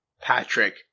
Patrick